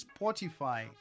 Spotify